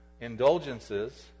indulgences